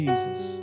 Jesus